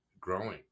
growing